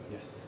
Yes